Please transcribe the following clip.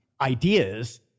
ideas